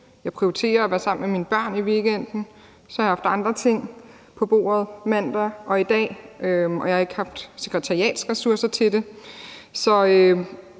Jeg prioriterer at være sammen med mine børn i weekenden. Så har jeg haft andre ting på bordet mandag og i dag. Og jeg har ikke haft sekretariatsressourcer til det. Så